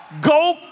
Go